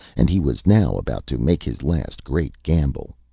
and he was now about to make his last great gamble.